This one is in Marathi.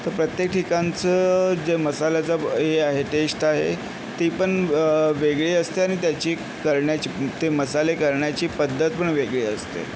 तर प्रत्येक ठिकाणचं जे मसाल्याचं हे आहे टेस्ट आहे ती पण वेगळी असते आणि त्याची करण्याची ते मसाले करण्याची पद्धत पण वेगळी असते